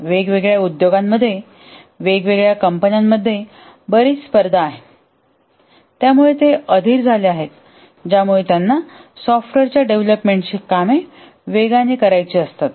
वेगवेगळ्या उद्योगांमध्ये वेगवेगळ्या कंपन्यांमध्ये बरीचशी स्पर्धा आहे त्यामुळे ते अधीर झाले आहेत ज्यामुळे त्यांना सॉफ्टवेअरच्या डेव्हलपमेंटसाठी वेगाने कामे करायची असतात